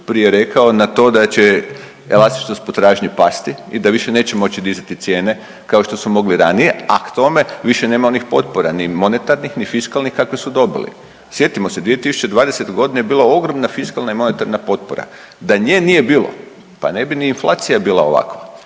prije rekao na to da će elastičnost potražnje pasti i da više neće moći dizati cijene kao što su mogli ranije, a k tome više nema onih potpora ni monetarnih, ni fiskalnih kakve su dobili. Sjetimo se 2020.g. bila je ogromna monetarna i fiskalna potpora, da nje nije ni bilo pa ne bi ni inflacija bila ovakva,